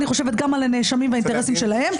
אני חושבת גם על הנאשמים ועל האינטרסים שלהם.